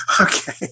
Okay